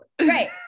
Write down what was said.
Right